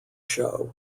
show